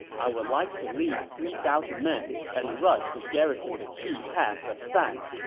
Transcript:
i would like to lead three thousand men and rush to garrison the key pass of san.